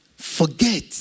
forget